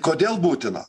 kodėl būtina